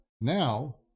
now